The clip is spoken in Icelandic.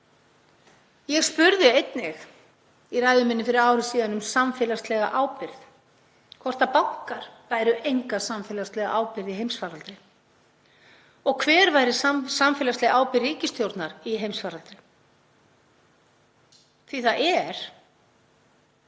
Ég spurði einnig, í ræðu minni fyrir ári, um samfélagslega ábyrgð, hvort bankar bæru enga samfélagslega ábyrgð í heimsfaraldri og hver væri samfélagsleg ábyrgð ríkisstjórnar í heimsfaraldri. Það er